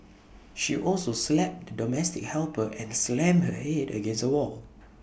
she also slapped the domestic helper and slammed her Head against A wall